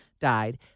died